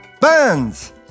Bands